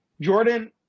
Jordan